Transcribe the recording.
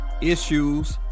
issues